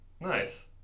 nice